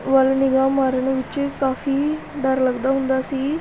ਵੱਲ ਨਿਗ੍ਹਾ ਮਾਰਨ ਵਿੱਚ ਕਾਫੀ ਡਰ ਲੱਗਦਾ ਹੁੰਦਾ ਸੀ